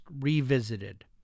revisited